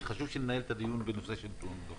וחשוב שננהל את הדיון בנושא של תאונות דרכים.